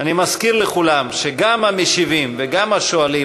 אני מזכיר לכולם שגם המשיבים וגם השואלים